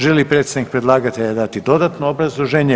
Želi li predstavnik predlagatelja dati dodatno obrazloženje?